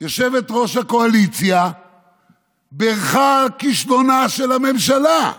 יושבת-ראש הקואליציה בירכה על כישלונה של הממשלה,